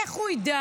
איך הוא ידע?